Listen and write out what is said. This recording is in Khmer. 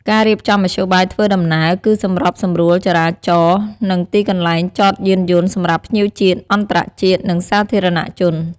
ការរៀបចំមធ្យោបាយធ្វើដំណើរ គឺសម្របសម្រួលចរាចរណ៍ និងទីកន្លែងចតយានយន្តសម្រាប់ភ្ញៀវជាតិ-អន្តរជាតិ និងសាធារណជន។